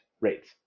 rates